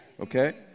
Okay